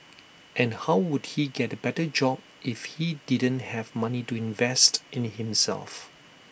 and how would he get A better job if he didn't have money to invest in himself